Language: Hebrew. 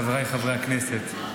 חבריי חברי הכנסת,